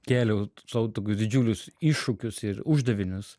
kėliau sau tokius didžiulius iššūkius ir uždavinius